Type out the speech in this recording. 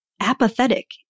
apathetic